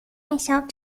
myself